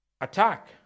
Attack